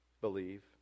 Believe